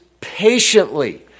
patiently